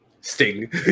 Sting